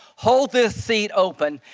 hold this seat open,